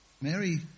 Mary